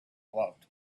loved